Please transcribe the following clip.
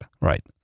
right